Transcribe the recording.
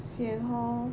sian hor